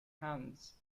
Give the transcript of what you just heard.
hands